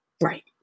right